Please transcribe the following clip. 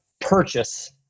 purchase